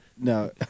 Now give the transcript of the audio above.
No